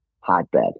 hotbed